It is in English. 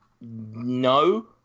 No